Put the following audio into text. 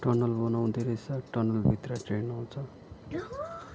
tunnel बनाउँदै रहेछ टनलभित्र ट्रेन आउँछ